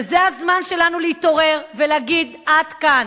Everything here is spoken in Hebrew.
וזה הזמן שלנו להתעורר ולהגיד: עד כאן.